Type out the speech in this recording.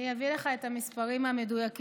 אני אביא לך את המספרים המדויקים.